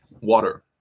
Water